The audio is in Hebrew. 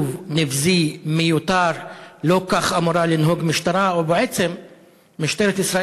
5 נאומים בני דקה 6 יוסי יונה (המחנה הציוני): 6 ענת